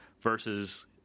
versus